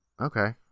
Okay